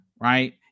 right